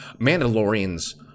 Mandalorians